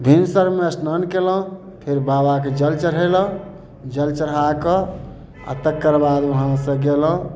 भिनसरमे स्नान केलहुॅं फेर बाबाके जल चढ़ेलहुॅं जल चढ़ाकऽ आ तकर बाद उहाँ सँ गेलहुॅं